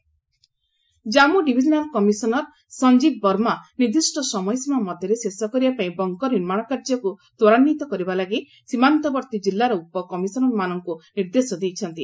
Jammu border bunkers Jammu divisional commissioner Sanjeev Verma ନିର୍ଦ୍ଦିଷ୍ଟ ସମୟ ସୀମା ମଧ୍ୟରେ ଶେଷ କରିବାପାଇଁ ବଙ୍କର ନିର୍ମାଣ କାର୍ଯ୍ୟକୁ ତ୍ୱରାନ୍ୱିତ କରିବା ଲାଗି ସୀମାନ୍ତବର୍ତ୍ତୀ କିଲ୍ଲାର ଉପ କମିଶନର୍ମାନଙ୍କୁ ନିର୍ଦ୍ଦେଶ ଦେଇଛନ୍ତି